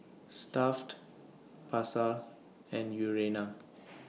Stuff'd Pasar and Urana